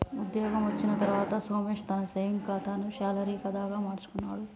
ఉద్యోగం వచ్చిన తర్వాత సోమేశ్ తన సేవింగ్స్ కాతాను శాలరీ కాదా గా మార్చుకున్నాడు